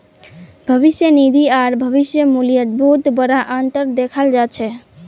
भविष्य निधि आर भविष्य मूल्यत बहुत बडा अनतर दखाल जा छ